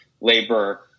labor